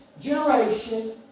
generation